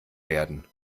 werden